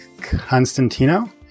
Constantino